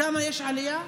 בכמה העלייה?